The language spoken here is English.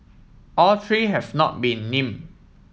all three have not been name